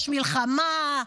יש מלחמה,